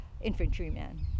infantryman